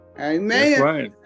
Amen